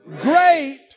Great